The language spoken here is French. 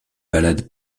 ballade